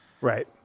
Right